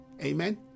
Amen